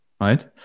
right